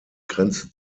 grenze